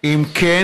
3. אם כן,